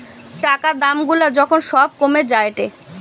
টাকা দাম গুলা যখন সব কমে যায়েটে